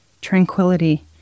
tranquility